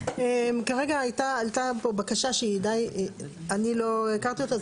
כרגע עלתה פה בקשה שהיא די, אני לא הכרתי אותה.